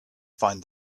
find